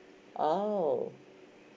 oh